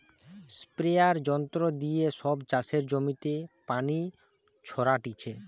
স্প্রেযাঁর যন্ত্র দিয়ে সব চাষের জমিতে পানি ছোরাটিছে